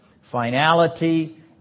finality